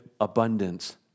abundance